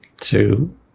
two